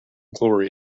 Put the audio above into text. glory